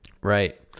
right